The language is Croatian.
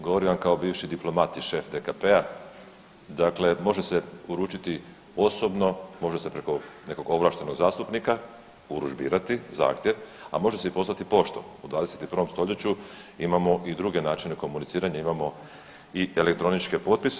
Govorim vam kao bivši diplomat i šef DKP-a, dakle može se uručiti osobno, može se preko nekog ovlaštenog zastupnika urudžbirati zahtjev, a može se i poslati poštom, u 21. stoljeću imamo i druge načine komuniciranja, imamo i elektroničke potpise.